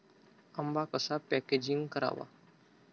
आंबा कसा पॅकेजिंग करावा?